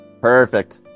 Perfect